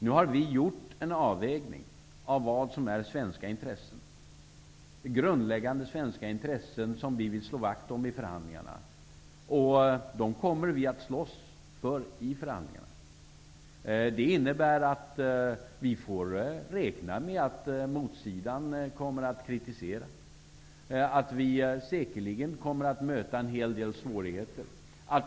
Nu har vi gjort en avvägning av vad som är de grundläggande svenska intressen som vi vill slå vakt om i förhandlingarna. Dessa intressen kommer vi att slåss för i förhandlingarna. Det innebär att vi får räkna med att motsidan kommer att kritisera. Vi kommer säkerligen att möta en hel del svårigheter.